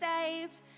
saved